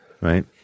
Right